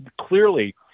clearly